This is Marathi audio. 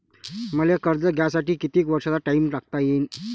मले कर्ज घ्यासाठी कितीक वर्षाचा टाइम टाकता येईन?